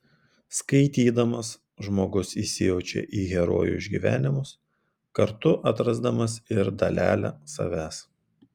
skaitydamas žmogus įsijaučia į herojų išgyvenimus kartu atrasdamas ir dalelę savęs